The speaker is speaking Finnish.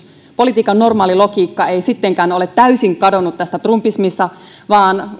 politiikan normaali logiikka ei sittenkään ole täysin kadonnut tässä trumpismissa vaan